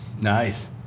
Nice